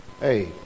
Hey